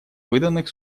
выданных